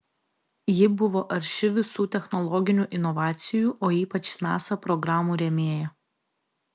ji buvo arši visų technologinių inovacijų o ypač nasa programų rėmėja